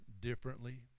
differently